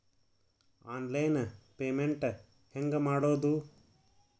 Online payment ಹೆಂಗ್ ಮಾಡೋದು?